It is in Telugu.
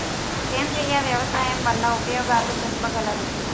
సేంద్రియ వ్యవసాయం వల్ల ఉపయోగాలు తెలుపగలరు?